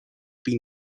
been